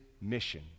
mission